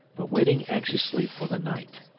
but waiting anxiously for the night,